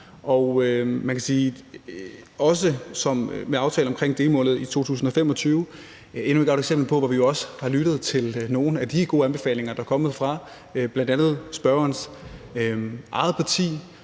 også aftalen omkring delmålene i 2025 er endnu et godt eksempel på, at vi jo også har lyttet til nogle af de gode anbefalinger, der er kommet fra bl.a. spørgerens eget parti.